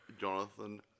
Jonathan